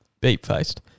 beep-faced